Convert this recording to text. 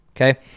Okay